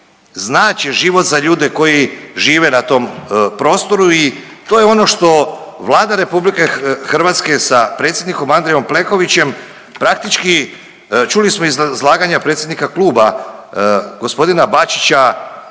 znače život za ljude koji žive na tom prostoru i to je ono što Vlada RH sa predsjednikom Andrejom Plenkovićem praktički čuli smo iz izlaganja predsjednika kluba g. Bačića